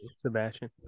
Sebastian